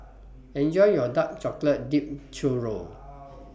Enjoy your Dark Chocolate Dipped Churro